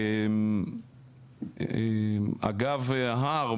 אגב ההר,